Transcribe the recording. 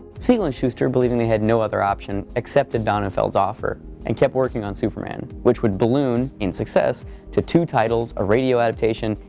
siegel and shuster, believing they had no other option, accepted donenfeld's offer and kept working on superman, which would balloon in success to two titles, a radio adaptation,